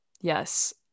yes